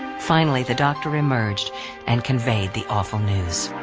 finally, the doctor emerged and conveyed the awful news.